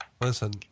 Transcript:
Listen